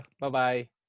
Bye-bye